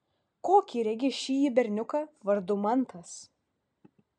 kokį regi šįjį berniuką vardu mantas